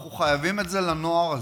אנחנו חייבים את זה לנוער הזה.